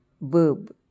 verb